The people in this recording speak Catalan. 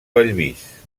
bellvís